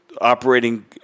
operating